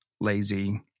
lazy